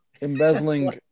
embezzling